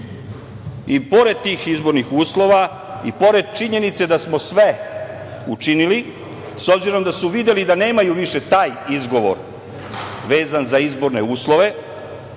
i pored tih izbornih uslova i pored činjenice da smo sve učinili, s obzirom da su videli da nemaju više taj izgovor vezan za izborne uslove,